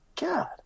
God